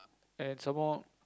and some more